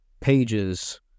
pages